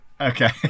okay